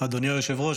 אדוני היושב-ראש,